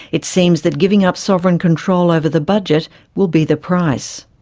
it seems that giving up sovereign control over the budget will be the price.